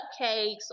cupcakes